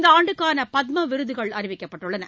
இந்த ஆண்டுக்கான பத்ம விருதுகள் அறிவிக்கப்பட்டுள்ளன